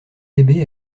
bébé